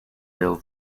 bill